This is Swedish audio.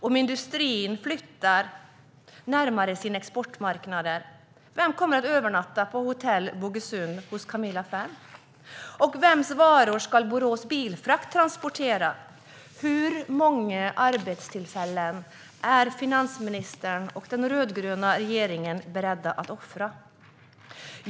Om industrin flyttar närmare sina exportmarknader, vem kommer att övernatta hos Camilla Ferm på Hotell Bogesund? Vems varor ska Borås Bilfrakt transportera? Hur många arbetstillfällen är finansministern och den rödgröna regeringen beredda att offra?